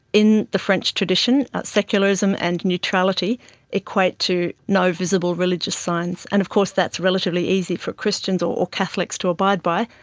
in the french tradition, secularism and neutrality equate to no visible religious signs, and of course that's relatively easy for christians or catholics to abide by,